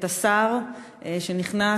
את השר שנכנס,